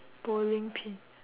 bowling pin